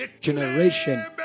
generation